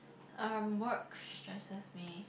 um work stresses me